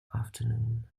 afternoon